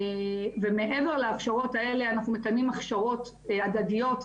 ומעבר להכשרות האלה אנחנו מקיימים הכשרות הדדיות,